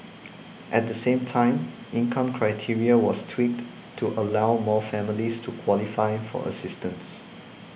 at the same time income criteria was tweaked to allow more families to qualify for assistance